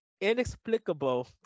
inexplicable